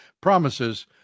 promises